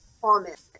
comment